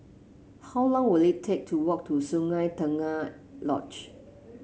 how long will it take to walk to Sungei Tengah Lodge